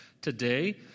today